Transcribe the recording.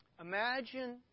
Imagine